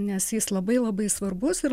nes jis labai labai svarbus ir